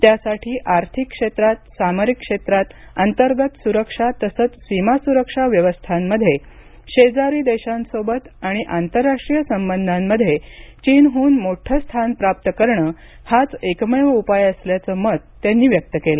त्यासाठी आर्थिक क्षेत्रात सामरिक क्षेत्रात अंतर्गत सुरक्षा तसंच सीमा सुरक्षा व्यवस्थांमध्ये शेजारी देशांसोबत आणि आंतरराष्ट्रीय संबंधांमध्ये चीनहून मोठं स्थान प्राप्त करणं हाच एकमेव उपाय असल्याचं मत त्यांनी व्यक्त केलं